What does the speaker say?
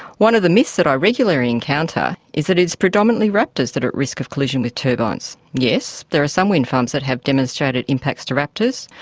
one of the myths that i regularly encounter is that it is predominantly raptors that are at risk of collision with turbines. yes, there are some wind farms that have demonstrated impacts to raptors,